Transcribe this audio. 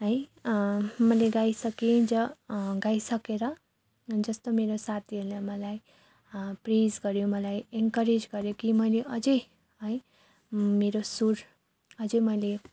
है मैले गाइसके ज गाइसकेर जस्तो मेरो साथीहरूले मलाई प्रेज गर्यो मलाई इन्करेज गर्यो कि मैले अझै है मेरो सुर अझै मैले